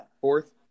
Fourth